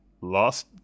last